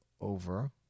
over